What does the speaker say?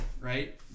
right